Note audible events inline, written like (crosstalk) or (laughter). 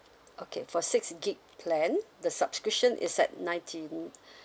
okay for six gig plan the subscription is at ninety~ (noise)